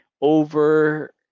over